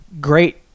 great